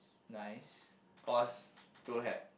nice cause to had